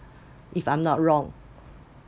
if I’m not wrong